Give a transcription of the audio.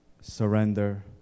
surrender